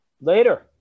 Later